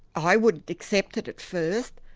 i wouldn't accept it at first.